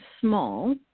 small